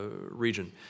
region